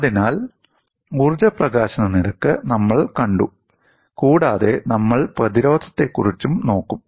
അതിനാൽ ഊർജ്ജ പ്രകാശന നിരക്ക് നമ്മൾ കണ്ടു കൂടാതെ നമ്മൾ പ്രതിരോധത്തെക്കുറിച്ചും നോക്കും